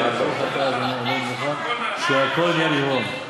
ברוך אתה ה' אלוהינו מלך העולם שהכול נהיה בדברו.